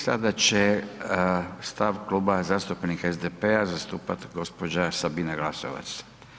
Sada će stav Kluba zastupnika SDP-a zastupati gospođa Sabina Glasovac.